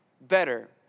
better